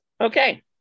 Okay